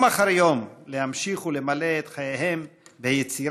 יום אחר יום להמשיך ולמלא את חייהם ביצירה,